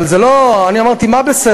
אבל זה לא, אני אמרתי: מה בסדר?